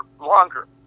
longer